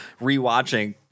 rewatching